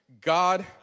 God